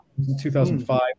2005